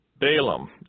Balaam